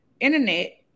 internet